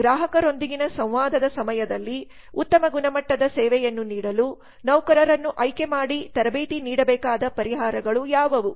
ಗ್ರಾಹಕರೊಂದಿಗಿನ ಸಂವಾದದ ಸಮಯದಲ್ಲಿ ಉತ್ತಮ ಗುಣಮಟ್ಟದ ಸೇವೆಯನ್ನು ನೀಡಲು ನೌಕರರನ್ನು ಆಯ್ಕೆ ಮಾಡಿ ತರಬೇತಿ ನೀಡಬೇಕಾದ ಪರಿಹಾರಗಳು ಯಾವುವು